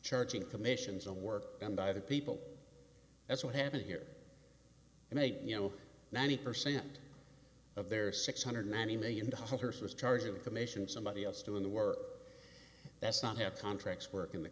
charging commissions on work done by the people that's what happened here and they you know ninety percent of their six hundred ninety million dollars was charging the commission somebody else doing the work that's not have contracts work in the